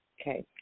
Okay